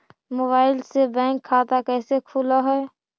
Mobile से bank खाता कैसे खुल है?